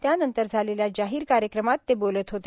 त्यानंतर झालेल्या जाहीर कार्यक्रमात ते बोलत होते